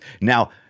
now